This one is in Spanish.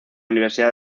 universidad